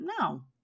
no